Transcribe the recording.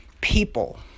people